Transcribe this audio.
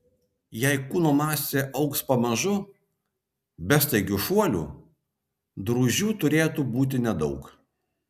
jei kūno masė augs pamažu be staigių šuolių drūžių turėtų būti nedaug